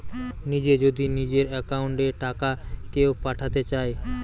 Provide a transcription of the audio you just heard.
নিজে যদি নিজের একাউন্ট এ টাকা কেও পাঠাতে চায়